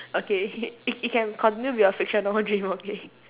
okay it it can continue to be your fictional dream okay